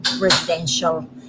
residential